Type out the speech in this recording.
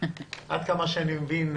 עד כמה שאני מבין,